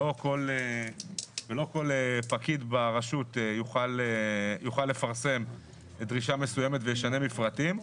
שלא כל פקיד ברשות יוכל לפרסם דרישה מסוימת ולשנות מפרטים.